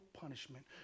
punishment